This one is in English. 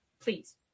please